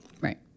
Right